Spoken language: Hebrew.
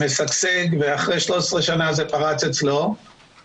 משגשג ואחרי 13 שנה זה פרץ אצלו,